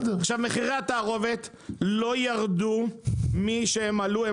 מחירי התערובת לא ירדו מאז שהם עלו.